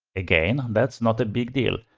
again, that's not a big deal,